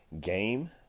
Game